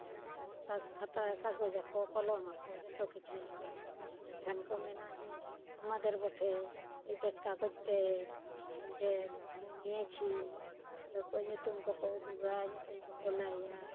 ᱩᱱᱠᱩ ᱫᱚ ᱠᱷᱟᱛᱟ ᱠᱟᱜᱚᱡ ᱟᱠᱚ ᱠᱚᱞᱚᱢ ᱟᱠᱚ ᱡᱚᱛᱚ ᱠᱤᱪᱷᱩᱭᱟᱠᱚ ᱮᱱᱠᱷᱟᱱ ᱠᱚ ᱢᱮᱱᱟ ᱡᱮ ᱟᱢᱟᱫᱮᱨ ᱵᱚᱴᱷᱮ ᱮᱭ ᱫᱮᱠᱷ ᱠᱟᱜᱚᱡ ᱫᱮᱠᱷ ᱮᱭ ᱫᱮᱠᱷ ᱟᱢ ᱱᱤᱭᱮᱪᱷᱤ ᱟᱫᱚᱠᱚ ᱧᱩᱛᱩᱢ ᱠᱚᱠᱚ ᱩᱫᱩᱜᱟ ᱧᱩᱛᱩᱢ ᱠᱚᱠᱚ ᱞᱟᱹᱭᱟ